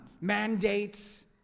mandates